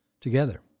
Together